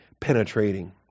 penetrating